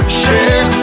share